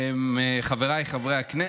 חבריי חברי הכנסת,